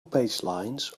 baselines